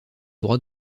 droits